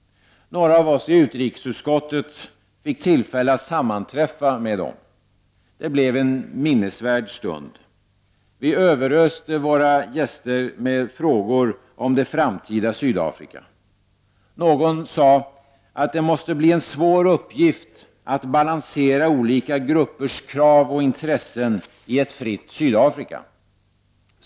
Några av oss i utrikesutskottet fick tillfälle att sammanträffa med dem. Det blev en minnesvärd stund. Vi överöste våra gäster med frågor om det framtida Sydafrika. Någon sade att det måste bli en svår uppgift att balansera olika gruppers krav och intressen i ett fritt Sydafrika.